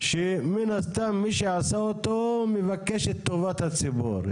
שמן הסתם מי שעשה אותו מבקש את טובת הציבור,